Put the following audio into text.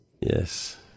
Yes